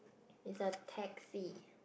it's a taxi